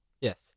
Yes